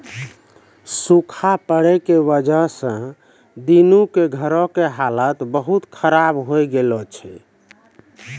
सूखा पड़ै के वजह स दीनू के घरो के हालत बहुत खराब होय गेलो छै